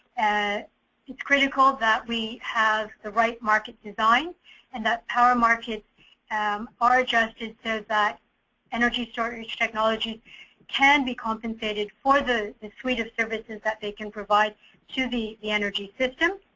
ah it's critical that we has the right market design and that power market are adjusted so that energy storage technology can be compensated for the the suite of services they can provide to the the energy system.